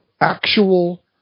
actual